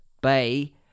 Bay